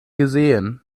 gesehen